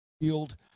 field